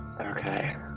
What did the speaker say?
Okay